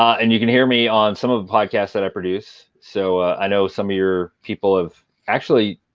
and you can hear me on some of the podcasts that i produce. so i know some of your people have actually,